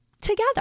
together